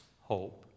hope